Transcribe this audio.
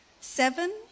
seven